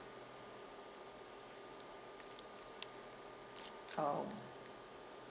um